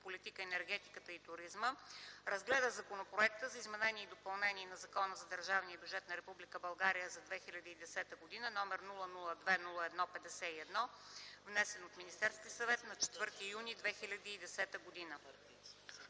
политика, енергетика и туризъм, разгледа законопроекта за изменение и допълнение на Закона за държавния бюджет на Република България за 2010 г., № 002-01-51, внесен от Министерския съвет на 4 юни 2010 г.